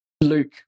Luke